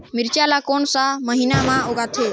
मिरचा ला कोन सा महीन मां उगथे?